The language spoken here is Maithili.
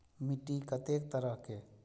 मिट्टी कतेक तरह के?